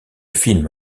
film